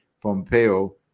Pompeo